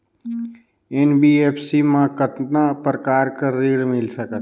NBFC मा कतना प्रकार कर ऋण मिल सकथे?